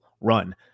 run